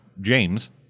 James